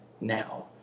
now